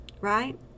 Right